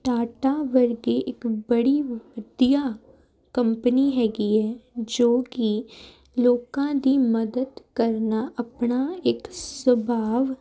ਟਾਟਾ ਵਰਗੇ ਇੱਕ ਬੜੀ ਵਧੀਆ ਕੰਪਨੀ ਹੈਗੀ ਹੈ ਜੋ ਕਿ ਲੋਕਾਂ ਦੀ ਮਦਦ ਕਰਨਾ ਆਪਣਾ ਇੱਕ ਸੁਭਾਵ